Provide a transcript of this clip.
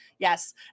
Yes